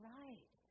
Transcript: right